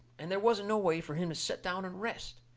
and they wasn't no way fur him to set down and rest.